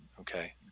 Okay